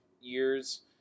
years